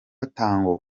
katongo